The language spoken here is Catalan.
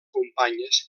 companyes